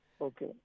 Okay